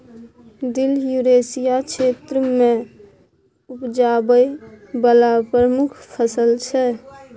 दिल युरेसिया क्षेत्र मे उपजाबै बला प्रमुख फसल छै